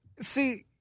See